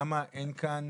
למה אין כאן